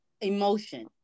emotion